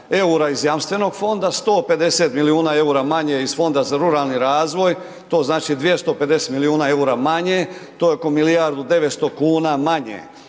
EUR-a iz jamstvenog fonda, 150 milijuna EUR-a manje iz Fonda za ruralni razvoj, to znači 250 milijuna EUR-a manje, to je oko milijardu 900 kuna manje.